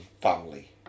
family